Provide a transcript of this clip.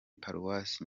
paruwasi